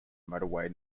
motorway